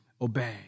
obey